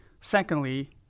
Secondly